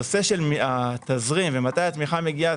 נושא התזרים ומתי התמיכה מגיעה,